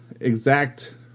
exact